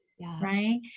Right